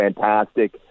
fantastic